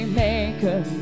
maker